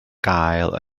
gael